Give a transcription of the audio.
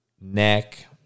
neck